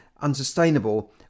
unsustainable